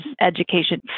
education